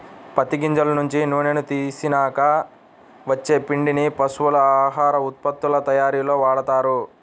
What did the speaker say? పత్తి గింజల నుంచి నూనెని తీసినాక వచ్చే పిండిని పశువుల ఆహార ఉత్పత్తుల తయ్యారీలో వాడతారు